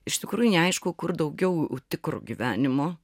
iš tikrųjų neaišku kur daugiau tikro gyvenimo